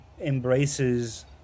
embraces